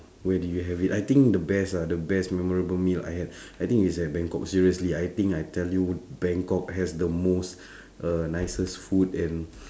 where do you have it I think the best ah the best memorable meal I had I think is at bangkok seriously I think I tell you bangkok has the most uh nicest food and